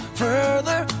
further